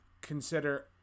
consider